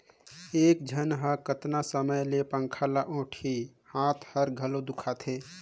एक झन ह कतना समय ले पंखा ल ओटही, हात हर घलो दुखते